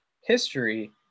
history